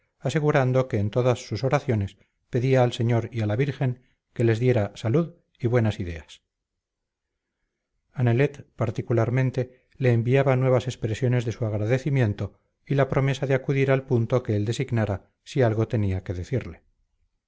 asegurando que en todas sus oraciones pedía al señor y a la virgen que les diera salud y buenas ideas a nelet particularmente le enviaba nuevas expresiones de su agradecimiento y la promesa de acudir al punto que él designara si algo tenía que decirle